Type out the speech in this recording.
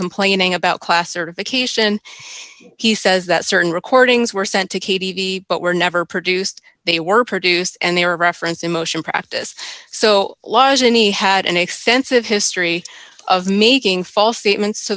complaining about class certification he says that certain recordings were sent to katie but were never produced they were produced and they were reference in motion practice so long as any had an extensive history of making false statements to